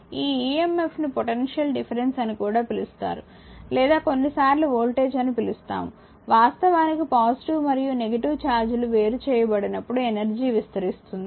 ఈ emf ను potential difference అని కూడా పిలుస్తారు లేదా కొన్నిసార్లు వోల్టేజ్ అని పిలుస్తాము వాస్తవానికి పాజిటివ్ మరియు నెగిటివ్ ఛార్జీలు వేరు చేయబడినప్పుడు ఎనర్జీ విస్తరిస్తుంది